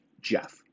Jeff